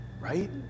Right